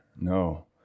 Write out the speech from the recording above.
No